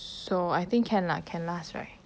so I think can lah can last right